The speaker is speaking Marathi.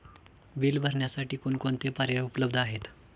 बिल भरण्यासाठी कोणकोणते पर्याय उपलब्ध आहेत?